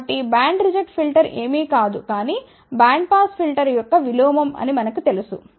కాబట్టి band reject filter ఏమీ కాదు కానీ బ్యాండ్పాస్ ఫిల్టర్ యొక్క విలోమం అని మనకి తెలుసు